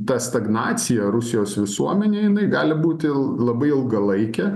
ta stagnacija rusijos visuomenėj jinai gali būti labai ilgalaikė